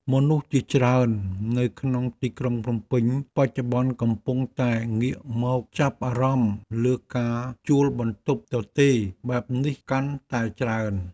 មនុស្សជាច្រើននៅក្នុងទីក្រុងភ្នំពេញបច្ចុប្បន្នកំពុងតែងាកមកចាប់អារម្មណ៍លើការជួលបន្ទប់ទទេរបែបនេះកាន់តែច្រើន។